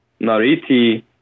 nariti